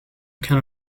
can